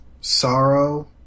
sorrow